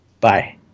bye